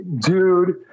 Dude